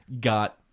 got